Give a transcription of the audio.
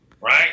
right